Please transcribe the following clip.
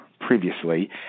previously